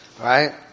Right